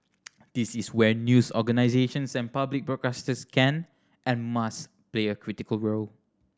this is where news organisations and public broadcasters can and must play a critical role